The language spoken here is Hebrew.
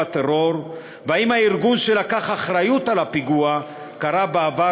טרור ואם הארגון שלקח אחריות על הפיגוע קרא בעבר